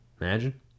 Imagine